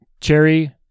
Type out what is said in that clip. Cherry